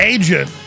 agent